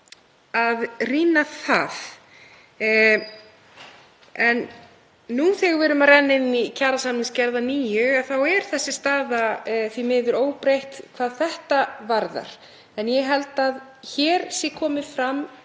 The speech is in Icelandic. að rýna það. En nú þegar við erum að renna inn í kjarasamningsgerð að nýju þá er staðan því miður óbreytt hvað þetta varðar. En ég held að hér sé komið fram